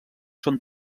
són